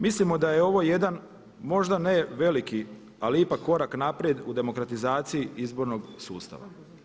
Mislimo da je ovo jedan možda ne veliki, ali ipak korak naprijed u demokratizaciji izbornog sustava.